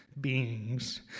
beings